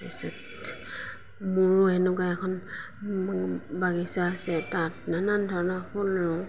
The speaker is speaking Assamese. মোৰো সেনেকুৱা এখন মোৰ বাগিচা আছে তাত নানান ধৰণৰ ফুল ৰুওঁ